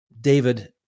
David